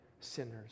sinners